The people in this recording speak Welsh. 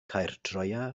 caerdroea